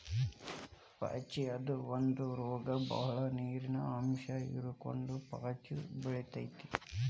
ಪಾಚಿ ಅದು ಒಂದ ರೋಗ ಬಾಳ ನೇರಿನ ಅಂಶ ಇರುಕಡೆ ಪಾಚಿ ಬೆಳಿತೆತಿ